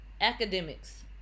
academics